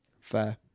fair